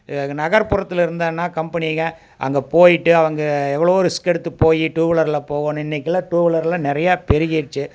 க நகர்புறத்தில் இருந்தன்னா கம்பெனிங்க அங்கே போயிட்டு அவங்க எவ்வளோவோ ரிஸ்க் எடுத்து போய் டூ வீலர்ல போகணும் இன்னைக்கிலாம் டூ வீலர்லாம் நிறையா பெரிகிடுச்சி